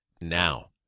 now